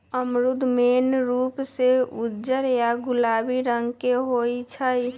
अमरूद मेन रूप से उज्जर या गुलाबी रंग के होई छई